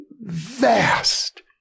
vast